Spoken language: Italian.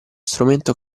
strumento